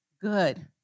good